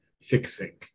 fixing